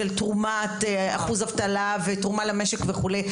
תרומת אחוז אבטלה ותרומה למשק וכולי,